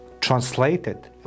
translated